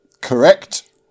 Correct